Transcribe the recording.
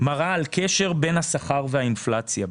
מראה קשר בין השכר והאינפלציה.